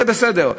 זה בסדר.